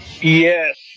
Yes